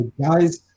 guys